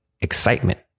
excitement